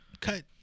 cut